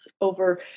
over